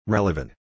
Relevant